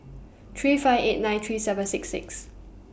three five eight nine three seven six six